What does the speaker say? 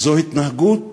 התנהגות